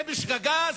זה בשגגה?